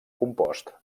compost